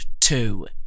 two